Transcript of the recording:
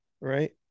right